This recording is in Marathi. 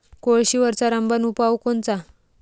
कोळशीवरचा रामबान उपाव कोनचा?